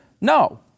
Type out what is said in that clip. No